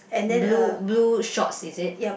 blue blue shorts is it